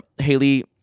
Haley